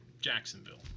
Jacksonville